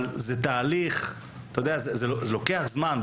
אבל זה תהליך, זה לוקח זמן.